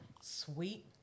sweet